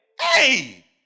Hey